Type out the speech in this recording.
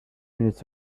minutes